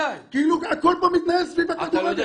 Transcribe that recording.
הכול פה מתנהל סביב הכדורגל,